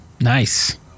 Nice